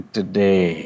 Today